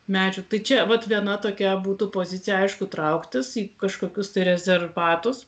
medžių tai čia vat viena tokia būtų pozicija aišku trauktis į kažkokius tai rezervatus